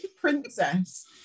princess